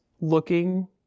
looking